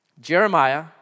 Jeremiah